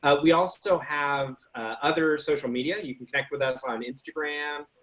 ah we also have other social media, you can connect with us on instagram,